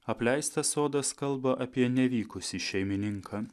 apleistas sodas kalba apie nevykusį šeimininką